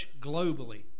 globally